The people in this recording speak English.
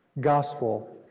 Gospel